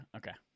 okay